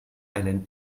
einen